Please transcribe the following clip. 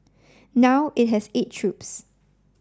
now it has eight troops